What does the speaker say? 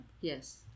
Yes